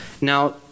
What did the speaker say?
Now